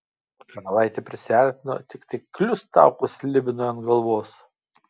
karalaitė prisiartino tiktai kliust taukus slibinui ant galvos